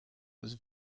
was